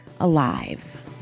alive